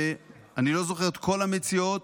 ואני לא זוכר את כל המציעות,